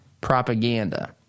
Propaganda